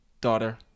daughter